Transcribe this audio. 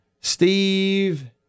Steve